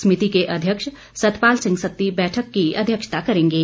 समिति के अध्यक्ष सतपाल सिंह सत्ती बैठक की अध्यक्षता करेंगे